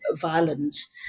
violence